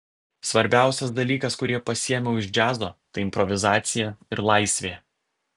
svarbiausias dalykas kurį pasiėmiau iš džiazo tai improvizacija ir laisvė